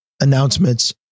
announcements